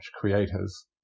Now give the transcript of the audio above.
creators